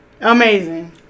amazing